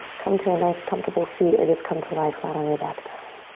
come to a nice, comfortable seat or just come to life flat on your back, darling.